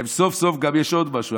סוף-סוף יש עוד משהו,